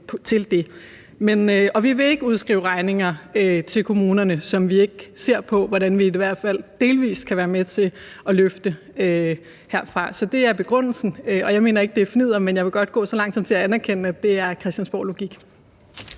Vi vil ikke udskrive regninger til kommunerne, som vi ikke ser på hvordan vi i hvert fald delvis kan være med til at løfte herfra, så det er begrundelsen. Og jeg mener ikke i, at det er fnidder, men jeg vil godt gå så langt som til at anerkende, at det er christiansborglogik.